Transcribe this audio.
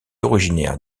originaire